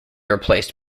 replaced